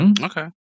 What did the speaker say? Okay